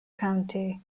county